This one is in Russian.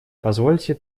позвольте